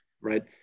right